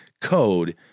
code